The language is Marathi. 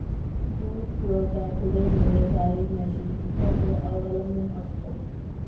दूध पुरवठा गुरेढोरे, गाई, म्हशी इत्यादींवर अवलंबून असतो